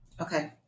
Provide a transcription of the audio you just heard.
Okay